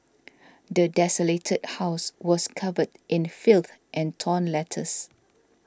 the desolated house was covered in filth and torn letters